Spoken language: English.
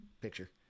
Picture